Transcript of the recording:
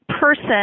Person